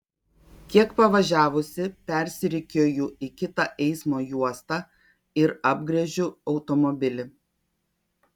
kiek pavažiavusi persirikiuoju į kitą eismo juostą ir apgręžiu automobilį